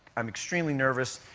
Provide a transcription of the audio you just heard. i'm extremely nervous.